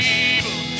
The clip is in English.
evil